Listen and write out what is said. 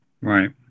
Right